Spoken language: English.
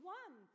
one